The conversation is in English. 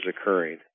occurring